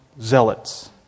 zealots